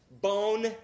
bone